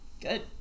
Good